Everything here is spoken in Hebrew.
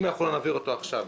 אם אנחנו לא נעביר אותו עכשיו,